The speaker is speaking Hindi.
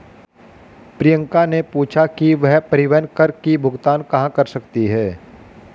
प्रियंका ने पूछा कि वह परिवहन कर की भुगतान कहाँ कर सकती है?